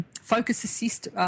focus-assist